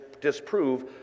disprove